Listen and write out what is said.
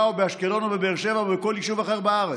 או באשקלון או בבאר שבע או בכל יישוב אחר בארץ.